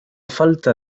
falta